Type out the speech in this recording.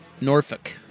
Norfolk